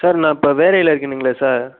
sir நான் இப்போ வேலையில் இருக்கேனுங்களே சார்